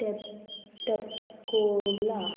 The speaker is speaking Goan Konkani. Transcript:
टेप टॅपकोला